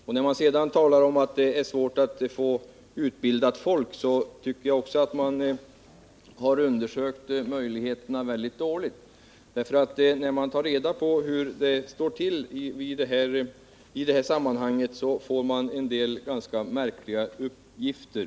Det talas också om att det är svårt att få utbildat folk, men jag tycker att man i så fall har undersökt möjligheterna väldigt dåligt. När man undersöker förhållandena litet närmare får man en del ganska märkliga uppgifter.